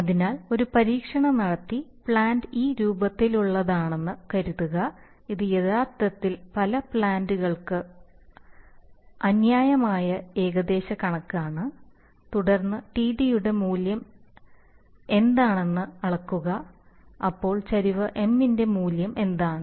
അതിനാൽ ഒരു പരീക്ഷണം നടത്തി പ്ലാന്റ് ഈ രൂപത്തിലുള്ളതാണെന്ന് കരുതുക ഇത് യഥാർത്ഥത്തിൽ പല പ്ലാന്റ് കൾക്ക് അ ന്യായമായ ഏകദേശക്കണക്കാണ് തുടർന്ന് td യുടെ മൂല്യം എന്താണെന്ന് അളക്കുക അപ്പോൾ ചരിവ് M ന്റെ മൂല്യം എന്താണ്